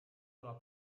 una